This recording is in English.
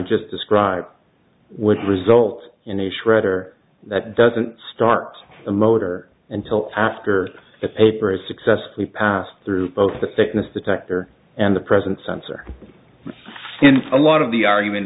just described would result in a shredder that doesn't start the motor until after the paper has successfully passed through both the thickness detector and the present sensor a lot of the argument